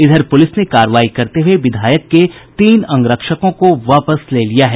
इधर पुलिस ने कार्रवाई करते हुए विधायक के तीन अंगरक्षकों को वापस ले लिया है